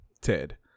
Ted